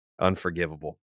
Unforgivable